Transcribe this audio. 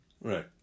Right